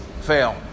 fail